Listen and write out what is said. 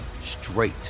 straight